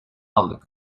aldık